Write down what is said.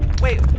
wait.